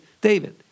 David